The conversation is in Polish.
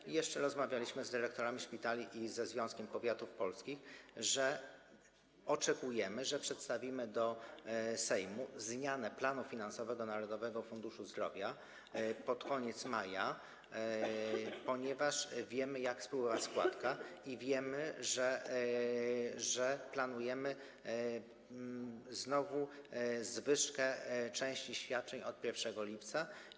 I jeszcze rozmawialiśmy z dyrektorami szpitali i ze Związkiem Powiatów Polskich, że oczekujemy, że przedstawimy Sejmowi zmianę planu finansowego Narodowego Funduszu Zdrowia pod koniec maja, ponieważ wiemy, jak spływała składka, i wiemy, że planujemy znowu zwyżkę części świadczeń od 1 lipca.